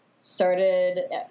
started